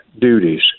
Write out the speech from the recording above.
duties